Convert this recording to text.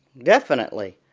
definitely,